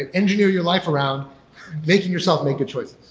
and engineer your life around making yourself make good choices.